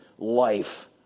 Life